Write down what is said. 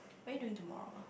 what are you doing tomorrow ah